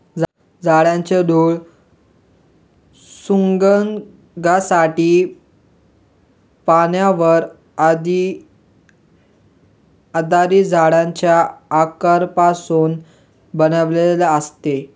झाडांचे दूध सुगंधासाठी, पाण्यावर आधारित झाडांच्या अर्कापासून बनवलेले असते